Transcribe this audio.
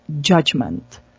judgment